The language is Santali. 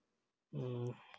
ᱦᱮᱸ